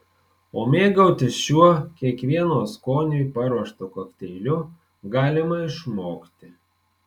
o mėgautis šiuo kiekvieno skoniui paruoštu kokteiliu galima išmokti